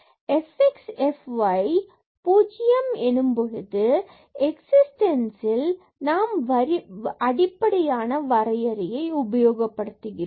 fx மற்றும் fy at 00 எக்ஸிஸ்டன்ஸில் நாம் அடிப்படையான வரையறையை உபயோகப்படுத்துகிறோம்